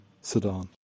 Sudan